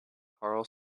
carl